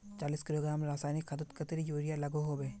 चालीस किलोग्राम रासायनिक खादोत कतेरी यूरिया लागोहो होबे?